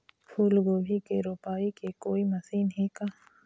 फूलगोभी के रोपाई के कोई मशीन हे का?